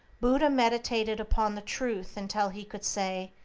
buddha meditated upon the truth until he could say,